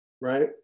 right